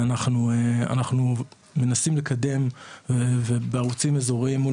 אנחנו מנסים לקדם בערוצים אזוריים מול